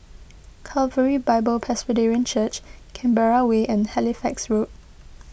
Calvary Bible Presbyterian Church Canberra Way and Halifax Road